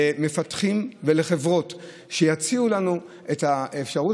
למפתחים ולחברות שיציעו לנו את האפשרויות